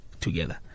together